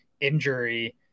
injury